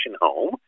home